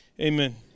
Amen